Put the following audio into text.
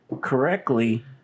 correctly